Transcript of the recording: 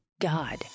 God